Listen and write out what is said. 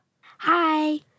hi